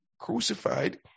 crucified